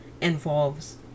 involves